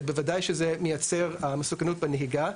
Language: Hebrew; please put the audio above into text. ובוודאי שזה מייצר מסוכנות בנהיגה,